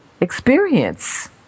experience